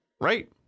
right